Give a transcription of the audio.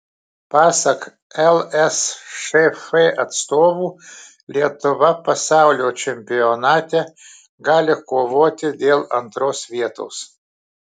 pasak lsšf atstovų lietuva pasaulio čempionate gali kovoti dėl antros vietos